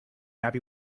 happy